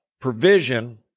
provision